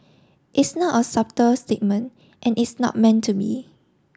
it's not a subtle statement and it's not meant to be